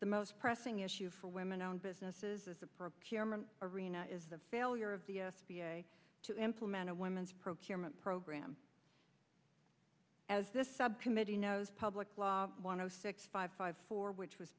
the most pressing issue for women owned businesses as a procurement arena is the failure of the s b a to implement a women's procurement program as this subcommittee knows public law one of six five five four which was